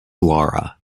laura